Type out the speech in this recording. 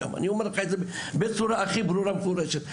אני אומר לך את זה בצורה הכי ברורה ומפורשת.